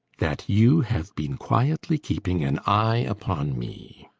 that you have been quietly keeping an eye upon me.